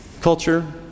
culture